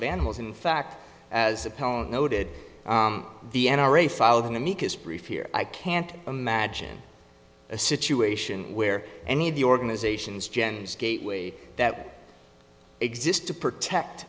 of animals in fact as a poet noted the n r a filed an amicus brief here i can't imagine a situation where any of the organizations gens gateway that exist to protect